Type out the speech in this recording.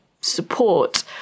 support